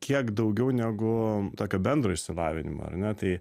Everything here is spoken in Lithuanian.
kiek daugiau negu tokio bendro išsilavinimo ar ne tai